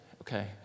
okay